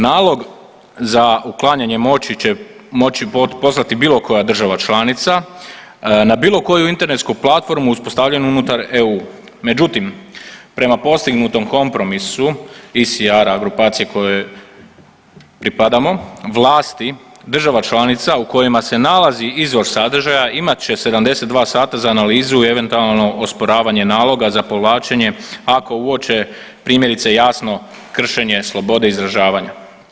Nalog za uklanjanjem moći će moći poslati bilo koja država članica na bilo koju internetsku platformu uspostavljenu unutar EU, međutim prema postignutom kompromisu ICR-a grupacije kojoj pripadamo, vlasti država članica u kojima se nalazi izvor sadržaja imat će 72 sata za analizu i eventualno osporavanje naloga za povlačenje ako uoče primjerice jasno kršenje slobode izražavanja.